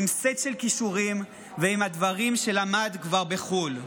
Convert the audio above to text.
עם סט של כישורים ועם הדברים שלמד כבר בחו"ל.